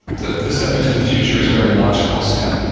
the the step into the future is a very logical step.